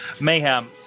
Mayhem